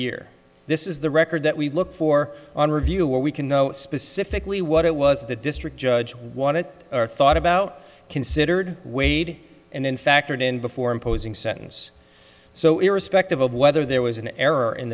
here this is the record that we look for on review where we can know specifically what it was the district judge wanted or thought about considered weighed and then factored in before imposing sentence so irrespective of whether there was an error